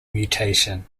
mutation